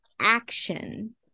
action